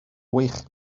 wych